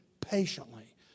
patiently